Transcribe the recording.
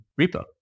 repo